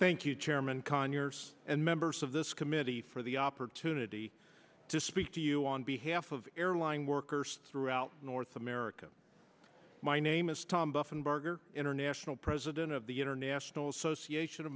thank you chairman conyers and members of this committee for the opportunity to speak to you on behalf of airline workers throughout north america my name is tom buffenbarger international president of the international association